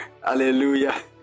Hallelujah